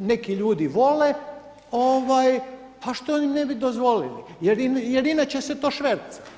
neki ljudi vole pa što im ne bi dozvolili jer inače se to šverca.